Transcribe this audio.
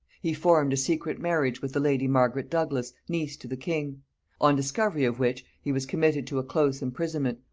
he formed a secret marriage with the lady margaret douglas, niece to the king on discovery of which, he was committed to a close imprisonment,